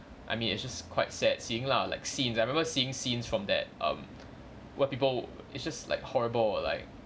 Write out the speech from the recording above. I mean it's just quite sad seeing lah like scenes I remember seeing scenes from that um where people it's just like horrible like